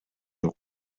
жок